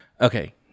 Okay